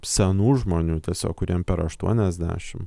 senų žmonių tiesiog kuriem per aštuoniasdešim